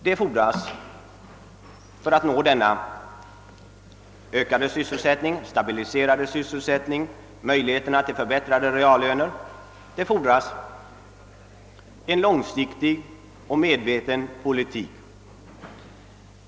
Det fordras en långsiktig och medveten politik för att uppnå ökad och stabiliserad sysselsättning samt möjlighet till förbättrade reallöner.